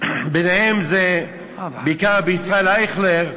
ביניהם בעיקר רבי ישראל אייכלר,